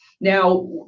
Now